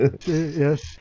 yes